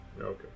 Okay